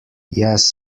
yes